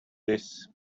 this